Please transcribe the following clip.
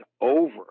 over